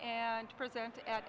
and present at